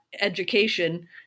education